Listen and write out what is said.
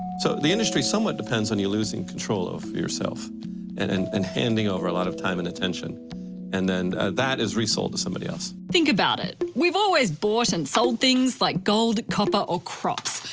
so the industry somewhat depends on, you losing control of yourself and, and handing over a lot of time and attention and then that is resold to somebody else. think about it. we've always bought and sold things like gold, copper or crops,